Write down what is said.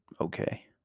okay